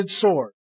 sword